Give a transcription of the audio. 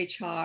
HR